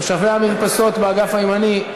תושבי המרפסות באגף הימני.